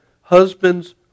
Husbands